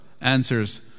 answers